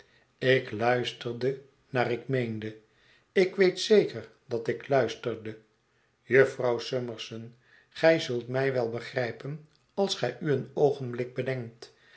ik luisterde naar ik meende ik weet zeker dat ik luisterde jufvrouw summerson gij zult mij wel begrijpen als gij u een oogenblik bedenkt